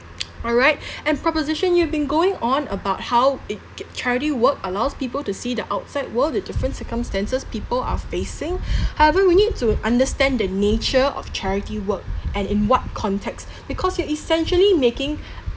alright and proposition you've been going on about how it charity work allows people to see the outside world the different circumstances people are facing however we need to understand the nature of charity work and in what context because you're essentially making